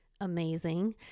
amazing